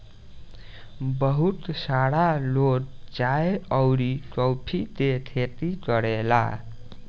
बहुत सारा लोग चाय अउरी कॉफ़ी के खेती करेला